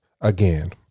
Again